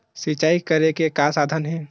सिंचाई करे के का साधन हे?